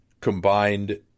combined